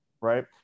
right